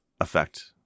effect